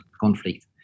conflict